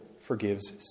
forgives